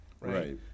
right